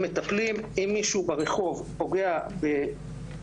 הם מטפלים אם מישהו ברחוב פוגע פגיעה